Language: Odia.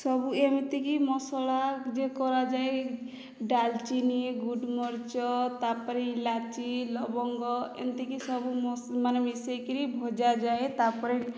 ସବୁ ଏମିତି କି ମସଲା ଯେ କରାଯାଏ ଡାଲଚିନି ଗୋଲମରିଚ ତା ପରେ ଇଲାଚି ଲବଙ୍ଗ ଏମିତି କି ସବୁ ମାନେ ମିଶାଇ କରି ଭଜା ଯାଏ ତା ପରେ